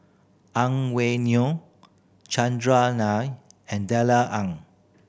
Ang Wei Neng Chandran Nair and Darrell Ang